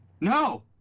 no